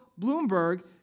Bloomberg